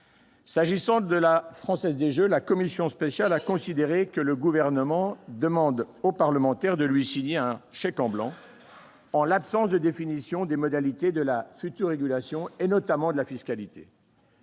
S'agissant de la Française des jeux, la commission spéciale a considéré que le Gouvernement demandait aux parlementaires de lui signer un véritable « chèque en blanc », en l'absence de définition des modalités de la future régulation et, notamment, de la fiscalité.